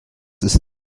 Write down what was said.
ist